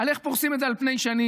על איך פורסים את זה על פני שנים.